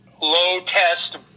low-test